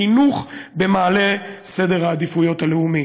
חינוך במעלה סדר העדיפויות הלאומי.